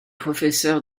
professeur